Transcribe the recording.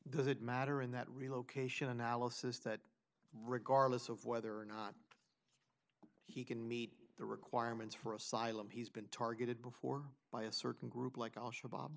does it matter in that relocation analysis that regardless of whether or not he can meet the requirements for asylum he's been targeted before by a certain group like al sh